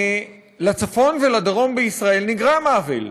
לצפון ולדרום בישראל נגרם עוול.